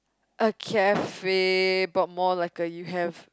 a cafe but more like a you have